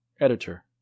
Editor